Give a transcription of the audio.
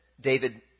David